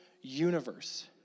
universe